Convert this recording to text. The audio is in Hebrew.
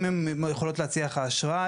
אם הן יכולות להציע לך אשראי,